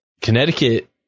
Connecticut